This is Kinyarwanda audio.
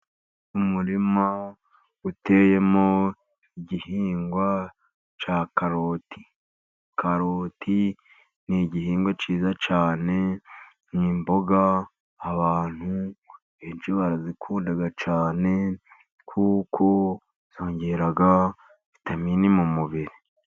Umurima uteyemo igihingwa cya karoti. Karoti ni igihingwa cyiza cyane, ni imboga abantu benshi barazikunda cyane kuko zongera vitamini mu mubiri.